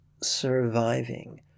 surviving